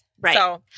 right